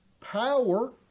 power